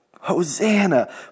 Hosanna